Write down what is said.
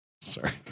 Sorry